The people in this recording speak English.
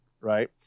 right